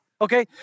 Okay